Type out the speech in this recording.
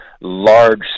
large